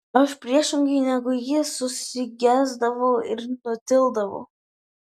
aš priešingai negu ji susigėsdavau ir nutildavau